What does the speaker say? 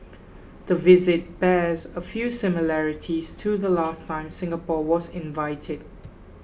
the visit bears a few similarities to the last time Singapore was invited